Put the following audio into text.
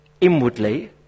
inwardly